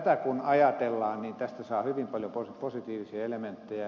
tätä kun ajatellaan niin tästä saa hyvin paljon positiivisia elementtejä